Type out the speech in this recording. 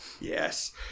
yes